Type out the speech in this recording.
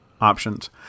options